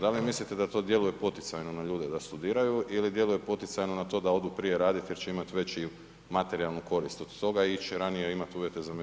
Da li mislite da to djeluje poticajno na ljude da studiraju ili djeluje poticajno na to da odu prije raditi jel će imati veću materijalnu korist od toga i ići ranije a imati uvjete za mirovinu?